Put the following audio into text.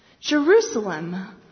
Jerusalem